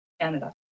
Canada